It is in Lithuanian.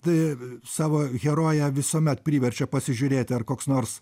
tai savo heroję visuomet priverčia pasižiūrėti ar koks nors